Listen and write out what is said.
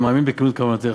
אני מאמין בכנות כוונותיך,